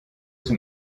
sind